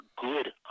good